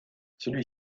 celui